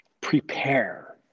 Prepare